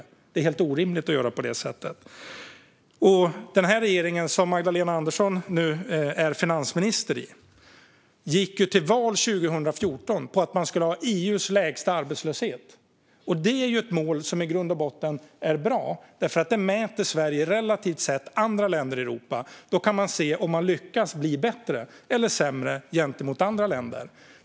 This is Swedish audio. Det är orimligt att göra på det sättet. Den här regeringen, som Magdalena Andersson är finansminister i, gick till val 2014 på att vi skulle ha EU:s lägsta arbetslöshet. Det är ett mål som i grund och botten är bra. Det mäter Sverige relativt sett andra länder i Europa. Då kan man se om man lyckas bli bättre eller sämre gentemot andra länder.